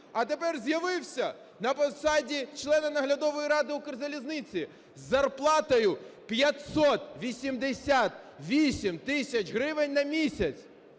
а тепер з'явився на посаді члена наглядової ради "Укрзалізниці" із зарплатою 588 тисяч гривень на місяць,